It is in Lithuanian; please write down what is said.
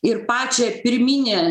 ir pačią pirminę